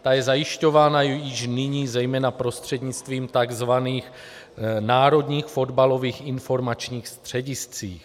Ta je zajišťována již nyní zejména prostřednictvím tzv. národních fotbalových informačních středisek.